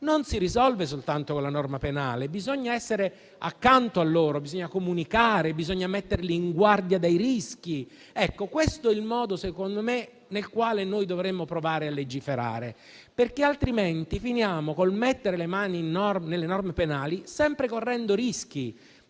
non si risolvono soltanto con la norma penale. Bisogna essere accanto a loro, comunicare con loro e metterli in guardia dai rischi. Questo è il modo, secondo me, nel quale dovremmo provare a legiferare, altrimenti finiamo col mettere le mani sulle norme penali, sempre correndo rischi.